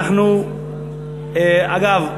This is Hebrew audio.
אגב,